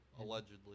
Allegedly